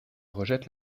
rejette